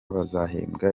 bazahembwa